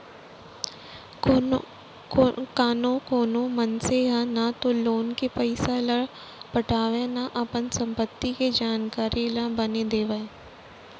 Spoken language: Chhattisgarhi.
कानो कोनो मनसे ह न तो लोन के पइसा ल पटावय न अपन संपत्ति के जानकारी ल बने देवय